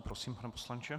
Prosím, pane poslanče.